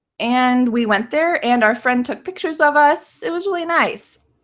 and we went there and our friend took pictures of us. it was really nice.